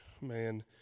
man